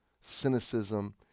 cynicism